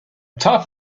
top